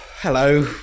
Hello